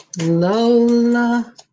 lola